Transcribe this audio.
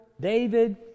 David